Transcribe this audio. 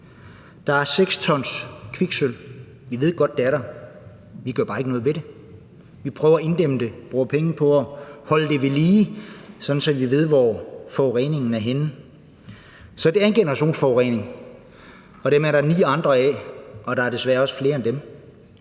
der er 6 t kviksølv. Vi ved godt, at det er der – vi gør bare ikke noget ved det. Vi prøver at inddæmme det og bruger penge på at holde det ved lige, sådan at vi ved, hvor forureningen er henne. Så det er en generationsforurening, og dem er der ni andre af, og der er desværre også flere end dem.